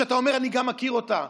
שאתה אומר: גם אני מכיר אותה.